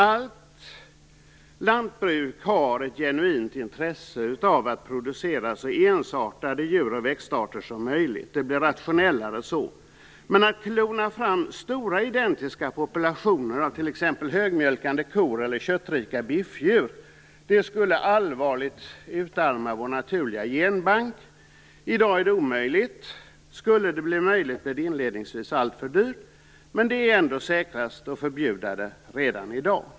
Allt lantbruk har ett genuint intresse av att producera så ensartade djur och växtarter som möjligt. Det blir rationellare så. Men att klona fram stora identiska populationer av t.ex. högmjölkande kor eller köttrika biffdjur skulle allvarligt utarma vår naturliga genbank. I dag är det omöjligt. Skulle det bli möjligt blir det inledningsvis alltför dyrt. Men det är ändå säkrast att förbjuda det redan i dag.